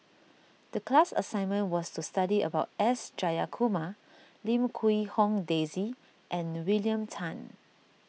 the class assignment was to study about S Jayakumar Lim Quee Hong Daisy and William Tan